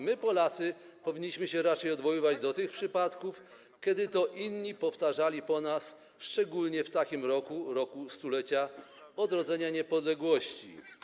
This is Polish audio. My, Polacy, powinniśmy się raczej odwoływać do tych przypadków, kiedy to inni powtarzali po nas, szczególnie w takim roku, roku 100-lecia odrodzenia niepodległości.